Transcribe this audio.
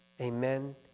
amen